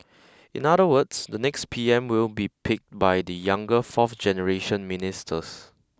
in other words the next P M will be picked by the younger fourth generation ministers